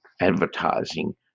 advertising